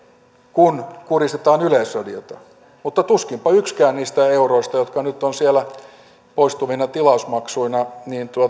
kun kuristetaan yleisradiota mutta tuskinpa yksikään niistä euroista jotka nyt ovat siellä poistuvina tilausmaksuina